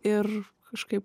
ir kažkaip